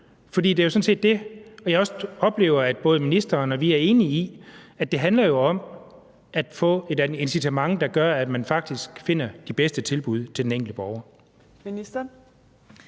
jeg oplever at både ministeren og vi er enige i, altså at det handler om at få et incitament, der gør, at man faktisk finder de bedste tilbud til den enkelte borger.